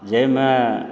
जाहिमे